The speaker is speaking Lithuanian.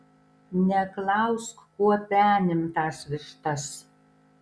neklausk kuo penim tas vištas